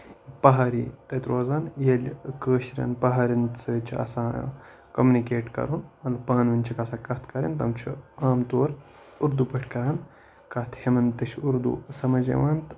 پَہاڑی تَتہِ روزان ییٚلہِ کٲشرن پَہارٮ۪ن سۭتۍ چھُ آسان کٔمنِکیٹ کَرُن پَنہٕ ؤنۍ چھکھ آسان کَتھ کَرٕنۍ تِم چھِ عام طور اُردو پٮ۪ٹھ کران کَتھ ہُمن تہِ چھُ اُردو سَمجھ یِوان تہٕ